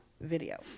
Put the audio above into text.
video